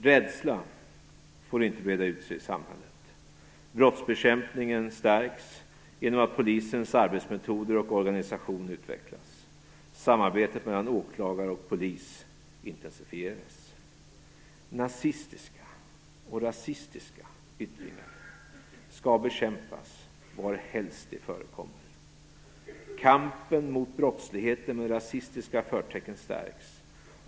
Rädsla får inte breda ut sig i samhället. Brottsbekämpningen stärks genom att polisens arbetsmetoder och organisation utvecklas. Samarbetet mellan åklagare och polis intensifieras. Nazistiska och rasistiska yttringar skall bekämpas varhelst de förekommer. Kampen mot brottslighet med rasistiska förtecken stärks.